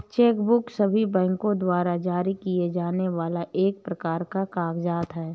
check book सभी बैंको द्वारा जारी किए जाने वाला एक प्रकार का कागज़ात है